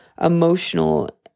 emotional